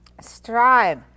strive